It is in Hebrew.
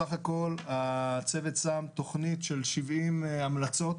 סך הכול הצוות שם תוכנית של 70 המלצות